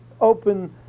open